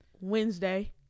Wednesday